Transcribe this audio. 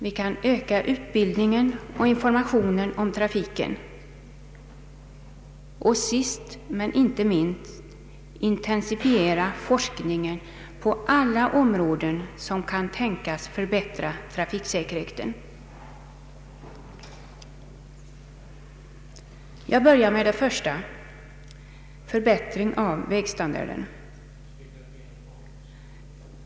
Vi kan även öka utbildningen och informationen om trafiken, och sist men inte minst kan vi intensifiera forskningen på alla områden som kan tänkas förbättra trafiksäkerheten. Jag börjar med det första: förbättring av vägstandarden.